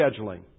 scheduling